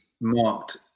marked